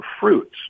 fruits